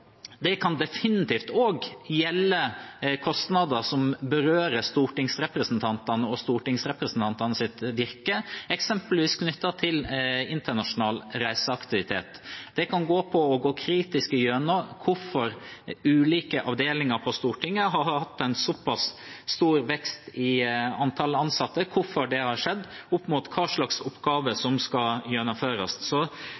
Det kan definitivt også gjelde kostnader som berører stortingsrepresentantene og stortingsrepresentantenes virke, eksempelvis knyttet til internasjonal reiseaktivitet. Det kan gjelde å gå kritisk gjennom hvorfor ulike avdelinger på Stortinget har hatt en såpass stor vekst i antall ansatte, sett opp mot hva slags